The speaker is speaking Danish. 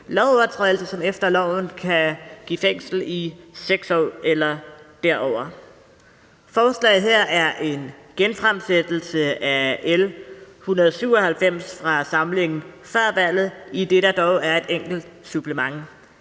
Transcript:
lovovertrædelse, som efter loven kan give fængsel i 6 år eller derover. Forslaget her er en genfremsættelse af L 197 fra samlingen før valget, idet der dog er et enkelt supplement.